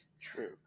true